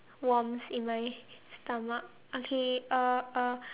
worms in my stomach okay uh uh